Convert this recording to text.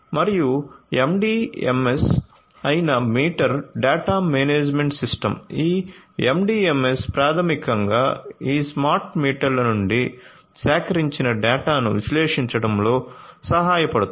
మరియు MDMS అయిన meter data management system ఈ MDMS ప్రాథమికంగా ఈ స్మార్ట్ మీటర్ల నుండి సేకరించిన డేటాను విశ్లేషించడంలో సహాయపడుతుంది